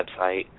website